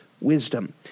wisdom